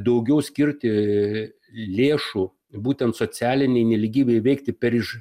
daugiau skirti lėšų būtent socialinei nelygybei įveikti per iš